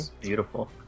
beautiful